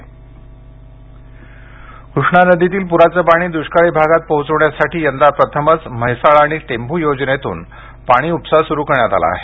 द्ष्काळी भागाला पाणी कृष्णा नदीतील पुराच पाणी दुष्काळी भागात पोहचविण्यासाठी यंदा प्रथमच म्हैसाळ आणि टेंभू योजनेतून पाणी उपसा सुरू करण्यात आला आहे